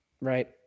Right